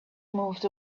moved